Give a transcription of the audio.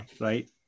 right